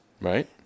Right